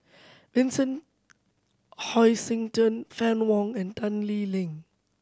Vincent Hoisington Fann Wong and Tan Lee Leng